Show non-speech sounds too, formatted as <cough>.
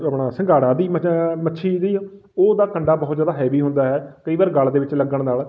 ਆਪਣਾ ਸੰਘਾੜਾ ਦੀ <unintelligible> ਮੱਛੀ ਦੀ ਉਹ ਉਹਦਾ ਕੰਡਾ ਬਹੁਤ ਜ਼ਿਆਦਾ ਹੈਵੀ ਹੁੰਦਾ ਹੈ ਕਈ ਵਾਰ ਗਲ ਦੇ ਵਿੱਚ ਲੱਗਣ ਨਾਲ